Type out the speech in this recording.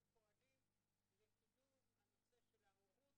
אנחנו פועלים לקידום הנושא של ההורות